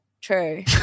true